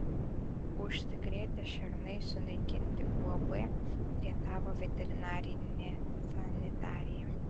užsikrėtę šernai sunaikinti uab rietavo veterinarinė sanitarija